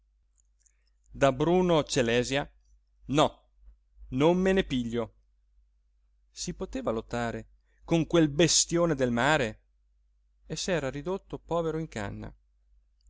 da bruno celèsia no non me ne piglio si poteva lottare con quel bestione del mare e s'era ridotto povero in canna